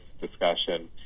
discussion